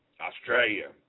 Australia